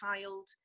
child